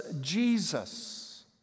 Jesus